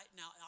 now